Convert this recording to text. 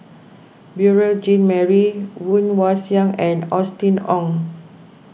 Beurel Jean Marie Woon Wah Siang and Austen Ong